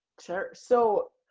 sure. so,